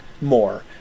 more